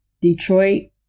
Detroit